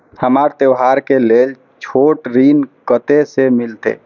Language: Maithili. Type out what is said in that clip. हमरा त्योहार के लेल छोट ऋण कते से मिलते?